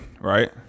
right